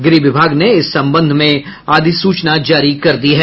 गृह विभाग ने इस संबंध में अधिसूचना जारी कर दी है